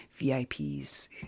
VIPs